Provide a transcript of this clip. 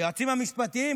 היועצים המשפטיים,